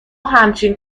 همچین